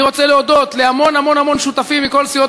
התשע"ה